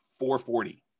440